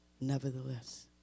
Nevertheless